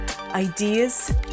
ideas